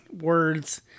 words